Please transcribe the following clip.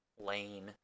lane